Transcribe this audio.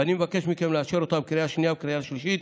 ואני מבקש מכם לאשר אותה בקריאה השנייה ובקריאה השלישית.